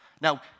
Now